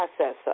processor